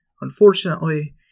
unfortunately